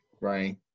Right